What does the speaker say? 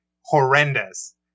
horrendous